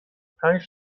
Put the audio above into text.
پنج